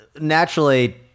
Naturally